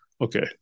okay